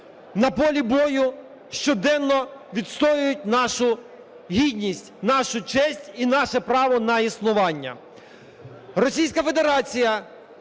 на полі бою щоденно відстоюють нашу гідність, нашу честь і наше право на існування.